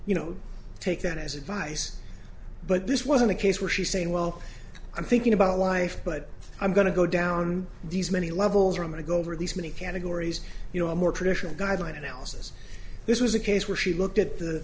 you know take that as advice but this wasn't a case where she's saying well i'm thinking about life but i'm going to go down these many levels or i'm going to go over these many categories you know a more traditional guideline analysis this was a case where she looked at the